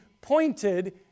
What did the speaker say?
pointed